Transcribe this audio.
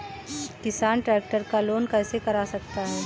किसान ट्रैक्टर का लोन कैसे करा सकता है?